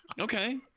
Okay